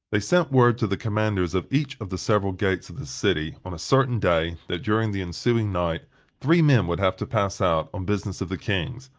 they sent word to the commanders of each of the several gates of the city, on a certain day, that during the ensuing night three men would have to pass out on business of the king's,